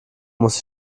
muss